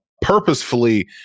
purposefully